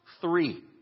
three